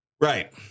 right